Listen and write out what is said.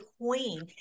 queen